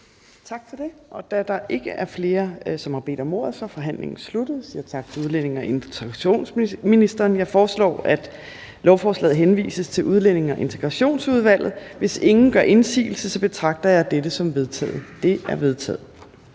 Tak for det. Da der ikke er flere, som har bedt om ordet, er forhandlingen sluttet. Tak til udlændinge- og integrationsministeren. Jeg foreslår, at lovforslaget henvises til Udlændinge- og Integrationsudvalget. Hvis ingen gør indsigelse, betragter jeg dette som vedtaget. Det er vedtaget.